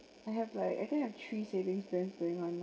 I have like I think I have three savings banks going on lah